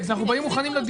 אנחנו באים לדיון מוכנים.